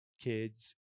Kids